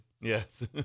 Yes